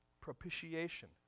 propitiation